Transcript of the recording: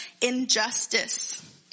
injustice